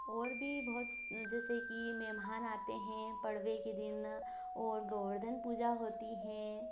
और भी बहुत जैसे की मेहमान आते है पड़बे के दिन और गोवर्धन पूजा होती है